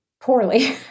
poorly